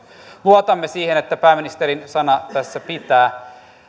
luotamme siihen että pääministerin sana tässä pitää